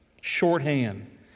shorthand